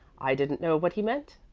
i didn't know what he meant,